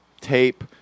tape